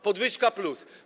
Podwyżka+.